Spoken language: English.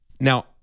Now